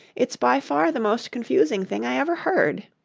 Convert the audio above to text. it's by far the most confusing thing i ever heard